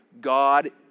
God